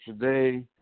today